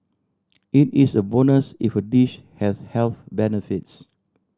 it is a bonus if a dish has health benefits